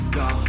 go